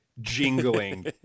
jingling